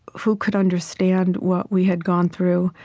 who could understand what we had gone through?